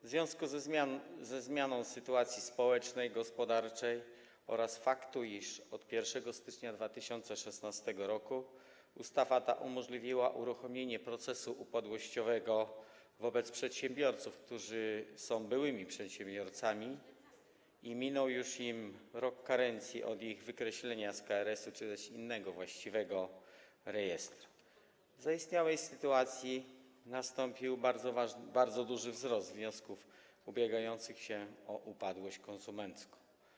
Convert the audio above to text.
W związku ze zmianą sytuacji społecznej, gospodarczej oraz faktem, iż od 1 stycznia 2016 r. ustawa ta umożliwiła uruchomienie procesu upadłościowego wobec przedsiębiorców, którzy są byłymi przedsiębiorcami i minął już rok karencji od ich wykreślenia z KRS-u czy też innego właściwego rejestru, w zaistniałej sytuacji nastąpił bardzo duży wzrost wniosków osób ubiegających się o upadłość konsumencką.